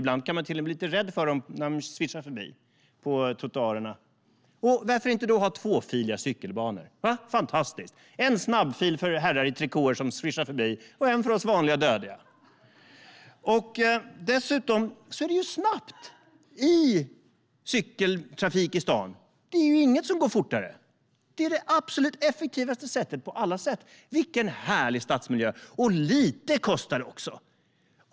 Ibland kan man till och med bli lite rädd för dem när de svischar förbi på trottoarerna. Varför inte ha tvåfiliga cykelbanor? Fantastiskt - en snabbfil för herrar i trikåer som svischar förbi och en för oss vanliga dödliga! Dessutom är det snabbt med cykeltrafik i staden. Det finns inget som går fortare. Det är det absolut effektivaste sättet på alla sätt. Vilken härlig stadsmiljö, och lite kostar det också!